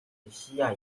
马来西亚